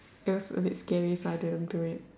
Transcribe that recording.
that was a bit scary so I didn't do it